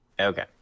Okay